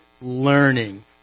learning